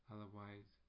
Otherwise